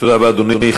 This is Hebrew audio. תודה רבה, אדוני.